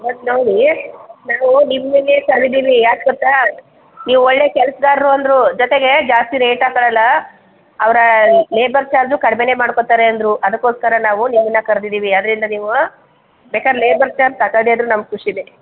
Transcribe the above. but ನೋಡಿ ನಾವು ನಿಮ್ಮನೆ ತಗೊಂಡೀವಿ ಯಾಕೆ ಗೊತ್ತ ನೀವು ಒಳ್ಳೇ ಕೆಲಸ್ಗಾರ್ರು ಅಂದ್ರು ಜೊತೆಗೆ ಜಾಸ್ತಿ ರೇಟ್ ಹಾಕೊಳೊಲ್ಲ ಅವರ ಲೇಬರ್ ಚಾರ್ಜು ಕಡ್ಮೆಯೇ ಮಾಡ್ಕೋತಾರೆ ಅಂದರು ಅದ್ಕೊಸ್ಕರ ನಾವು ನಿಮ್ಮನ್ನು ಕರೆದಿದ್ದೀವಿ ಆದ್ರಿಂದ ನೀವು ಬೇಕಾರೆ ಲೇಬರ್ ಚಾರ್ಜು ಅಂದರು ನಮಗೆ ಖುಷಿಯೇ